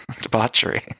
Debauchery